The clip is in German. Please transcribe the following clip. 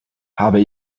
habe